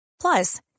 Plus